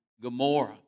Gomorrah